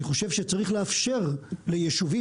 אני חושב שצריך לאפשר ליישובים,